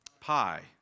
Pi